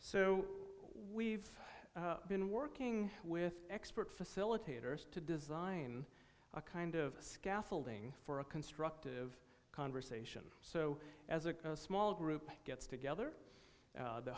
so we've been working with expert facilitators to design a kind of scaffolding for a constructive conversation so as a small group gets together